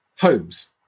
homes